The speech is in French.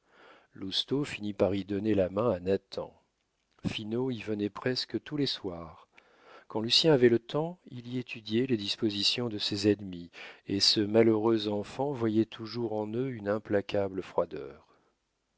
lousteau finit par y donner la main à nathan finot y venait presque tous les soirs quand lucien avait le temps il y étudiait les dispositions de ses ennemis et ce malheureux enfant voyait toujours en eux une implacable froideur